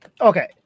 Okay